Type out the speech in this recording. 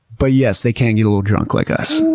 but yes, they can get a little drunk like us.